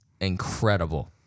incredible